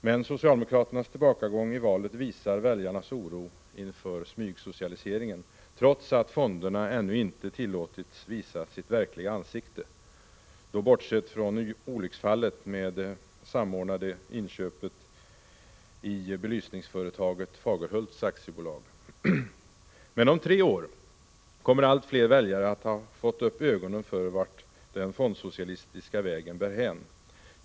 Men socialdemokraternas tillbakagång i valet visar väljarnas oro inför smygsocialiseringen — trots att fonderna ännu inte har tillåtits visa sitt verkliga ansikte, bortsett från olycksfallet med det samordnade inköpet i belysningsföretaget Fagerhults AB. Men om tre år kommer allt fler väljare att ha fått upp ögonen för vart den fondsocialistiska vägen bär hän.